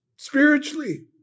spiritually